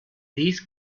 these